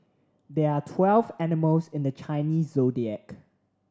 there are twelve animals in the Chinese Zodiac